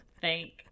Thank